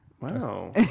Wow